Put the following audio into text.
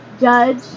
judge